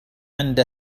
عند